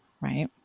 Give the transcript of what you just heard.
right